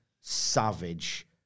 savage